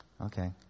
Okay